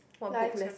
what books have